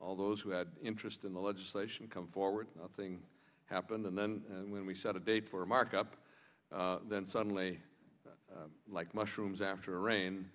all those who had interest in the legislation come forward nothing happened and then when we set a date for a markup then suddenly like mushrooms after rain